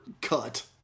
cut